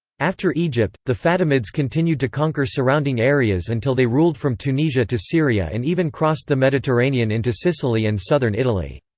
after egypt, the fatimids continued to conquer surrounding areas until they ruled from tunisia to syria and even crossed the mediterranean into sicily and southern italy.